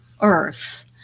earths